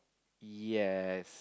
yes